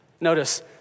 notice